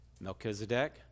Melchizedek